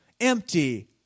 empty